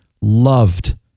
loved